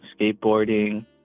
skateboarding